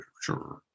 sure